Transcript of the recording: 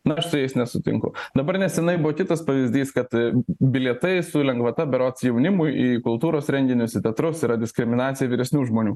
na aš su jais nesutinku dabar nesenai buvo kitas pavyzdys kad bilietai su lengvata berods jaunimui į kultūros renginius į teatrus yra diskriminacija vyresnių žmonių